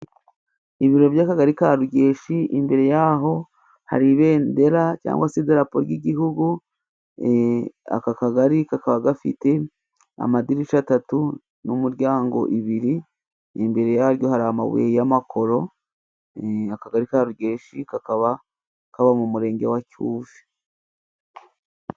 Ibiro by'akagari ka Rugeshi imbere yaho hari ibendera cyangwa se iderapo ry'igihugu, aka kagari kakaba gafite amadirisha atatu n'umuryango ibiri imbere yaryo hari amabuye y'amakoro, akagari ka Rugeshi kakaba kaba mu murenge wa Cyuve.